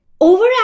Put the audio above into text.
Over